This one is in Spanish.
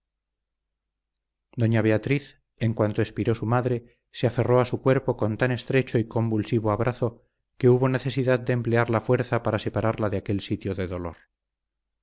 doña beatriz en cuanto expiró su madre se aferró a su cuerpo con tan estrecho y convulsivo abrazo que hubo necesidad de emplear la fuerza para separarla de aquel sitio de dolor